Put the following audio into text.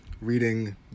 reading